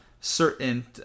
certain